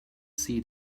see